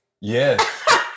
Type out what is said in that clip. Yes